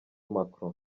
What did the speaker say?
macron